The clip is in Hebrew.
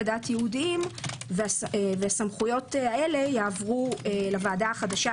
דת יהודיים והסמכויות האלה יעברו לוועדה החדשה,